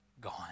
gone